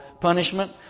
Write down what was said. punishment